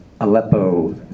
Aleppo